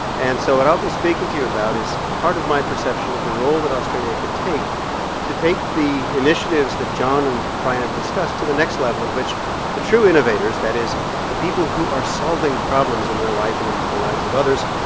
and so what i'll be speaking to you about is part of my perception of the role that australia can take to take the initiatives that john and brian have discussed to the next level in which the true innovators, that is the people who are solving problems in their life and in the lives of others,